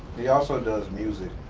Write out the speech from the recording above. he also does music.